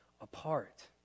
apart